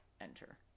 enter